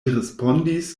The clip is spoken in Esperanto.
respondis